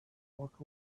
walk